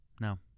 No